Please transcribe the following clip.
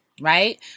right